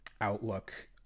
outlook